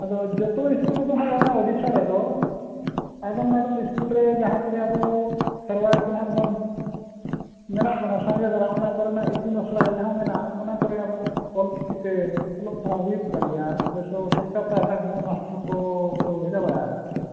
ᱟᱫᱚ ᱡᱚᱛᱚ ᱥᱠᱩᱞ ᱨᱮᱫᱚ ᱵᱟᱝ ᱟ ᱳᱰᱤᱥᱟ ᱨᱮᱫᱚ ᱟᱫᱚᱢ ᱟᱫᱚ ᱥᱠᱩᱞ ᱨᱮ ᱡᱟᱦᱟᱸ ᱠᱚᱨᱮᱜ ᱟᱵᱚ ᱠᱷᱮᱨᱚᱣᱟ ᱠᱚ ᱱᱟᱦᱟᱜ ᱵᱚᱱ ᱢᱮᱱᱟᱜ ᱵᱚᱱᱟ ᱥᱟᱸᱜᱮ ᱫᱷᱟᱨᱟ ᱚᱱᱟ ᱠᱚᱨᱮᱱᱟᱜ ᱤᱛᱩᱱ ᱟᱥᱲᱟ ᱡᱟᱦᱟᱸ ᱢᱮᱱᱟᱜᱼᱟ ᱚᱱᱟ ᱠᱚᱨᱮ ᱟᱵᱚ ᱚᱞ ᱪᱤᱠᱤᱛᱮ ᱚᱞᱚᱜ ᱯᱟᱲᱦᱟᱣ ᱦᱩᱭᱩᱜ ᱠᱟᱱ ᱜᱮᱭᱟ ᱚᱵᱚᱭᱥᱚ ᱥᱚᱨᱠᱟᱨ ᱯᱟᱥᱴᱟ ᱠᱷᱚᱱᱟᱜ ᱢᱟᱥᱴᱟᱨ ᱠᱚᱠᱚ ᱵᱷᱮᱡᱟ ᱵᱟᱲᱟ ᱠᱟᱫ ᱠᱚᱣᱟ